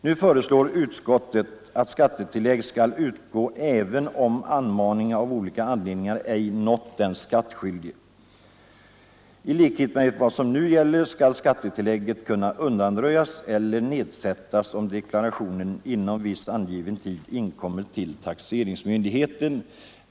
Nu föreslår utskottet att skattetillägg skall utgå även om anmaning av olika anledningar ej nått den skattskyldige. I likhet med vad som nu gäller skall skattetillägget kunna undanröjas eller nedsättas om deklarationen inom viss angiven tid inkommer till taxeringsmyndigheten.